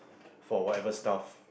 for whatever stuff